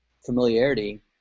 familiarity